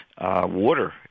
water